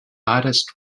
artist